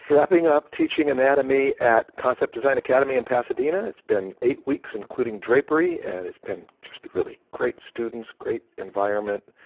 wrapping up teaching anatomy at concept design academy in pasadena. it's been eight weeks including drapery and it's been just really great students, great environment. ah,